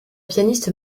pianiste